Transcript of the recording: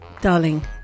Darling